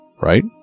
right